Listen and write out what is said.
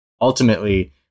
ultimately